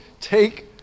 Take